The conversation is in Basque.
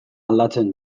aldatzen